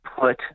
put